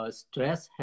stress